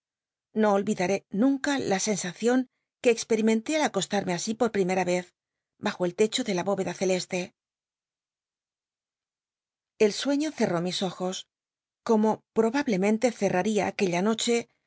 o oiyidaré nunca la scnsacion que experimenté al acostarme así por primera yez bajo el techo de la bó eda celeste el sueño cerró mis ojos como probablemente cerraria aquella noclie